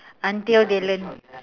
until they learn